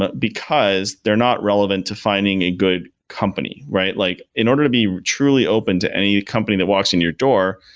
ah because they're not relevant to finding a good company, right? like in order to be truly open to any company that walks in your door,